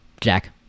Jack